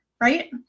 right